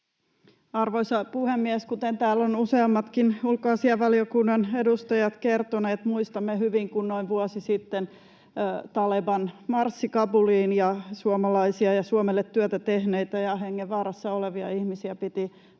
Arvoisa puhemies! Kuten täällä ovat useammatkin ulkoasiainvaliokunnan edustajat kertoneet, muistamme hyvin, kun noin vuosi sitten Taleban marssi Kabuliin ja suomalaisia ja Suomelle työtä tehneitä ja hengenvaarassa olevia ihmisiä piti päästä